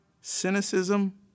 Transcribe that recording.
cynicism